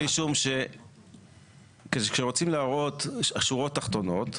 משום שכאשר רוצים להראות שורות תחתונות,